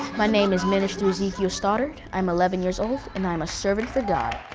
my name is minister ezekiel stoddard. i'm eleven years old and i'm a servant for god.